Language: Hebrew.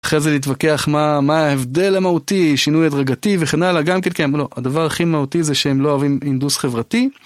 אחרי זה להתווכח מה ההבדל המהותי, שינוי הדרגתי וכן הלאה, גם כי הם לא, הדבר הכי מהותי זה שהם לא אוהבים אינדוס חברתי.